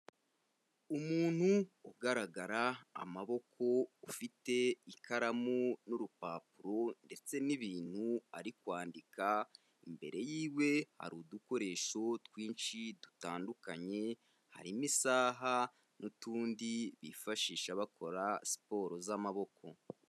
Umuntu ugaragara amaboko ufite ikaramu n'urupapuro ndetse n'ibintu ari kwandika imbere yiwe hari udukoresho twinshi dutandukanye harimo isaha n'utundi bifashisha bakora siporo z'amaboko.